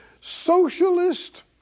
socialist